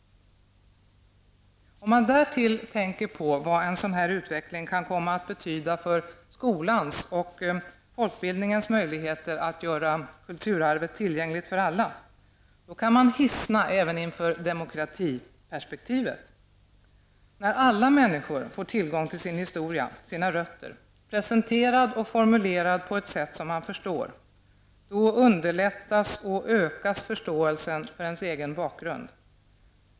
Om man därtill tänker på vad en sådan här utveckling kan komma att betyda för skolans och folkbildningens möjligheter att göra kulturarvet tillgängligt för alla, då kan man hissna även inför demokratiperspektivet. När alla människor får tillgång till sin historia, sina rötter, presenterad och formulerad på ett sätt som man förstår, då underlättas och ökas förståelsen för ens egen bakgrund.